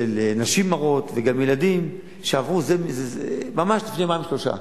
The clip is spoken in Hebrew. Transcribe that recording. נשים הרות וגם ילדים שעברו, ממש יומיים, שלושה.